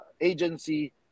agency